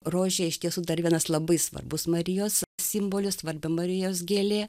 rožė iš tiesų dar vienas labai svarbus marijos simbolis svarbi marijos gėlė